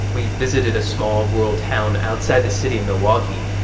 we visited a small, rural town outside the city of milwaukee.